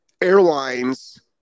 Airlines